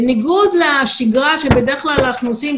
בניגוד לשגרה שבדרך כלל אנחנו עושים,